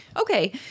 Okay